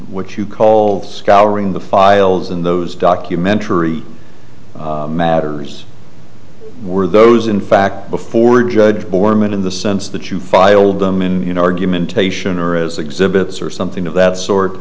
what you call scouring the files in those documentary matters were those in fact before judge borman in the sense that you filed them in you know argumentation or is exhibits or something of that sort